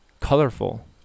colorful